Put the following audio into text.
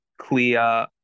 clear